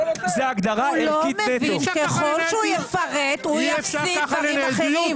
ככל שהוא יפרט הוא יפסיד גם עם אחרים.